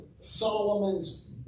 Solomon's